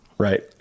Right